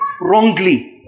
wrongly